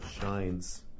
shines